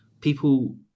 people